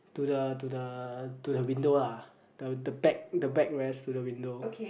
to the to the to the window ah the the back the backrest to the window